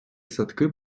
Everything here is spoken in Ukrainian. садки